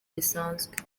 bisanzwe